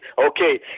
Okay